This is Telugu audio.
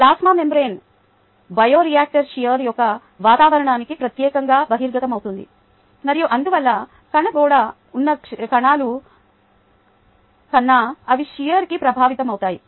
ప్లాస్మా మెంబ్రేన్ బయోరియాక్టర్లోని షియర్ యొక్క వాతావరణానికి ప్రత్యక్షంగా బహిర్గతమవుతుంది మరియు అందువల్ల కణ గోడ ఉన్న కణాల కన్నా అవి షియర్కి ప్రభావితమవుతాయి